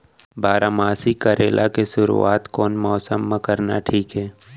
बारामासी करेला के शुरुवात कोन मौसम मा करना ठीक हे?